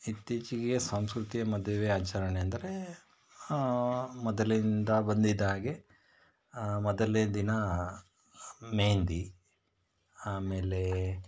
ಇತ್ತೀಚೆಗೆ ಸಾಂಸ್ಕೃತಿಯ ಮದುವೆ ಆಚರಣೆ ಅಂದರೇ ಮೊದಲಿಂದ ಬಂದಿದ್ದ ಹಾಗೇ ಮೊದಲ್ನೇ ದಿನ ಮೆಹೆಂದಿ ಆಮೇಲೆ